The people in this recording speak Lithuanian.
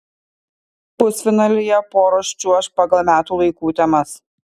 pusfinalyje poros čiuoš pagal metų laikų temas